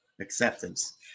acceptance